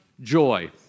joy